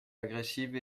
agressive